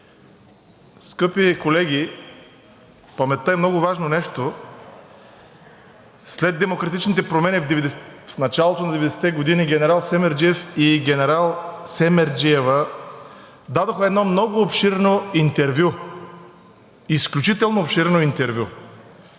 Скъпи колеги, паметта е много важно нещо. След демократичните промени в началото на 90-те години генерал Семерджиев и генерал Семерджиева дадоха едно много обширно интервю – изключително обширно интервю,